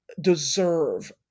deserve